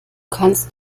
kannst